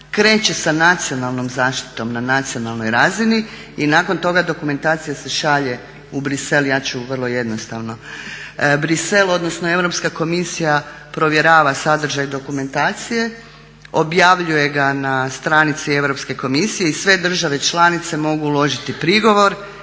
kreće sa nacionalnom zaštitom na nacionalnoj razini i nakon toga dokumentacija se šalje u Bruxelles. Bruxelles odnosno Europska komisija provjerava sadržaj dokumentacije, objavljuje ga na stranici Europske komisije i sve države članice mogu uložiti prigovor.